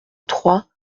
trois